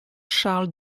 charles